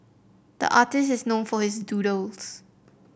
the artist is known for his doodles